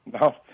No